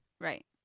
Right